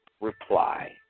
reply